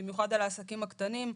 במיוחד על העסקים הקטנים.